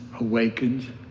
awakened